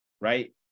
right